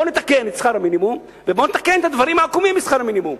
בואו נתקן את שכר המינימום ובואו נתקן את הדברים העקומים בשכר המינימום.